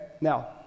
now